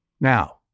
Now